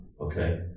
Okay